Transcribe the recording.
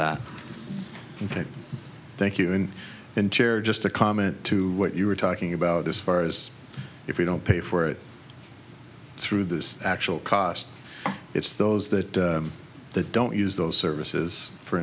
that thank you and in chair just a comment to what you were talking about as far as if you don't pay for it through this actual cost it's those that don't use those services for